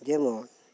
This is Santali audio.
ᱡᱮᱢᱚᱱ